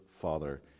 father